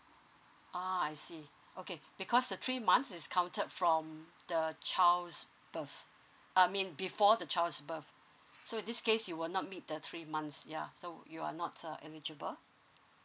ah I see okay because the three months is counted from the child's birth uh mean before the child's birth so this case you will not meet the three months ya so you are not uh eligible